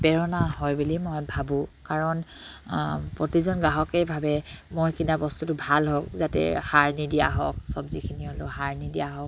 প্ৰেৰণা হয় বুলি মই ভাবোঁ কাৰণ প্ৰতিজন গ্ৰাহকেই ভাৱে মই কিনা বস্তুটো ভাল হওক যাতে সাৰ নিদিয়া হওক চবজিখিনি সাৰ নিদিয়া হওক